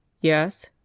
Yes